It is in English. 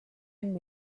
and